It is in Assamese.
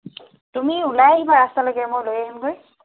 তুমি ওলাই আহিবা ৰাস্তালৈকে মই লৈ আহিমগৈ